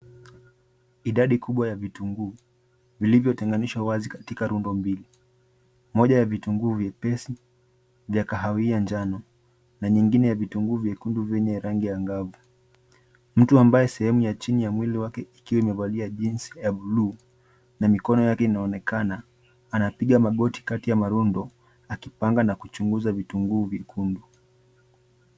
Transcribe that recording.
Idadi kubwa ya vitunguu, vilivyotenganishwa wazi katika rundo mbili. Moja ya vitunguu vyepesi vya kahawia njano, na nyingine ya vitunguu vyekundu vyenye rangi angavu. Mtu ambaye sehemu ya chini ya mwili wake ikiwa imevalia jeans ya blue , na mikono yake inaonekana. Anapiga magoti kati ya marundo, akipanga na kuchunguza vitunguu vyekundu.